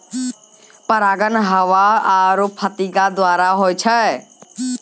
परागण हवा आरु फतीगा द्वारा होय छै